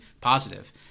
positive